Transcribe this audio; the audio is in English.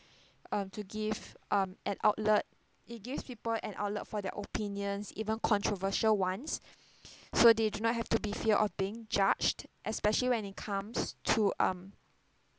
um to give up an outlet it gives people an outlet for their opinions even controversial ones so they do not have to be fear of being judged especially when it comes to um